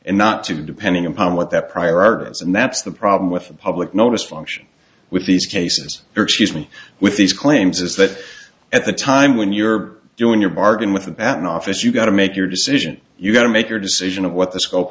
and not two depending upon what that prior art is and that's the problem with a public notice function with these cases your excuse me with these claims is that at the time when you're doing your bargain with the patent office you got to make your decision you got to make your decision of what the scope